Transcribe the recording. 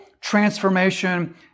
transformation